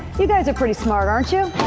you guys are pretty smart, aren't you?